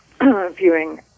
viewing